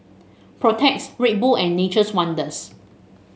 Protex Red Bull and Nature's Wonders